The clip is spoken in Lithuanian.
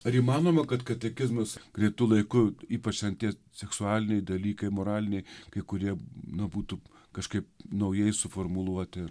ar įmanoma kad katekizmas greitu laiku ypač ten tie seksualiniai dalykai moraliniai kai kurie nu būtų kažkaip naujai suformuluoti